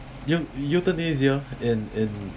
eu~ euthanasia in in